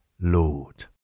Lord